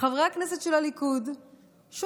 חברי הכנסת של הליכוד שותקים,